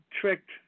tricked